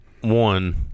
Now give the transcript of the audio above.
one